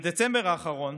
בדצמבר האחרון